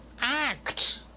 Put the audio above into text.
Act